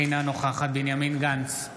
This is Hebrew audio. אינה נוכחת בנימין גנץ,